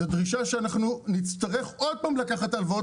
זו דרישה שבגללה נצטרך עוד פעם לקחת הלוואות